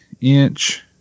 inch